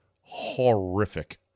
horrific